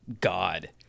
God